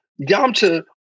Yamcha